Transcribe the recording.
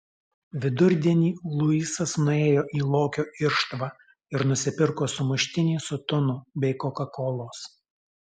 vidurdienį luisas nuėjo į lokio irštvą ir nusipirko sumuštinį su tunu bei kokakolos